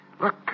Look